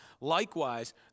Likewise